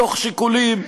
מתוך שיקולים,